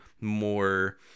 more